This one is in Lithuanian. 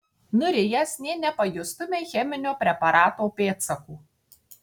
nurijęs nė nepajustumei cheminio preparato pėdsakų